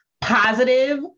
positive